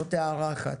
זאת הערה אחת.